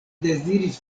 deziris